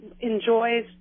enjoys